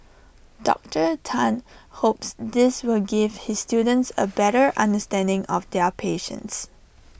Doctor Tan hopes this will give his students A better understanding of their patients